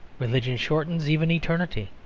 religion shortens even eternity.